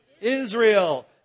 Israel